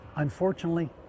Unfortunately